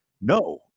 no